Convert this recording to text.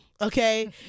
okay